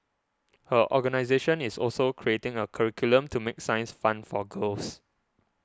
her organisation is also creating a curriculum to make science fun for girls